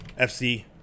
FC